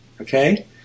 okay